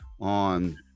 on